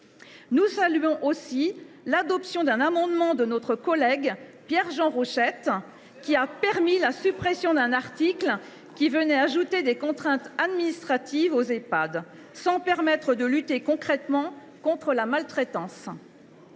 Nous saluons aussi l’adoption d’un amendement de notre collègue Pierre Jean Rochette, qui a permis la suppression d’un article ajoutant des contraintes administratives aux Ehpad, sans rendre plus efficace la lutte contre la maltraitance.